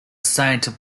saint